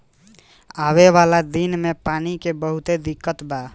आवे वाला दिन मे पानी के बहुते दिक्कत बा